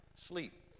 sleep